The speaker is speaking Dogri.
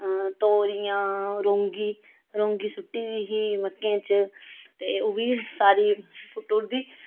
तोरियां रौंगी रौंगी सुट्टी दी ही मक्कें च ते ओह् बी सारी पुट्टू उड़दी